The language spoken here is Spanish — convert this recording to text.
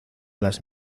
las